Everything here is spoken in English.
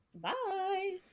bye